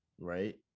Right